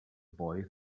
boy